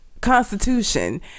constitution